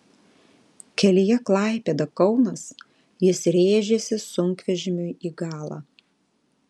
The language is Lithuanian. kelyje klaipėda kaunas jis rėžėsi sunkvežimiui į galą